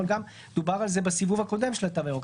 גם דובר על בסיבוב הקודם של התו הירוק.